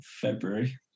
February